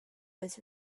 was